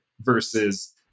versus